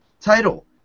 title